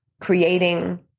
creating